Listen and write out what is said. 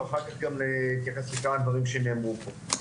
ואחר כך גם להתייחס לכמה דברים שנאמרו פה.